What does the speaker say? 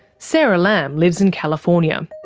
sara lamm lives in california.